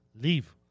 Leave